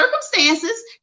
circumstances